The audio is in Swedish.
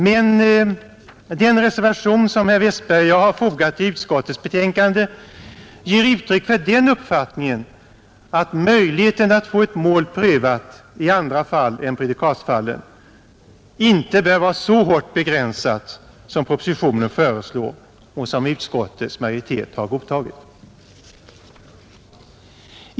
Men den reservation som herr Westberg i Ljusdal och jag har fogat till utskottets betänkande ger uttryck för den uppfattningen att möjligheten att få ett mål prövat i andra fall än prejudikatfallen inte bör bli så hårt begränsad som propositionen föreslår och som utskottets majoritet har godtagit.